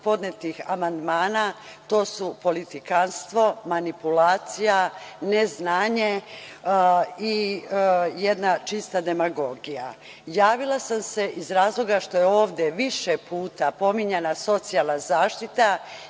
podnetih amandmana, to su politikanstvo, manipulacija, neznanje i jedna čista demagogija. Javila sam se iz razloga što je ovde više puta pominjana socijalna zaštita